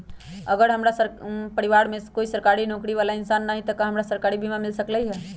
अगर हमरा परिवार में कोई सरकारी नौकरी बाला इंसान हई त हमरा सरकारी बीमा मिल सकलई ह?